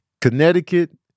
Connecticut